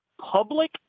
public